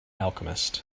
alchemist